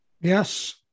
yes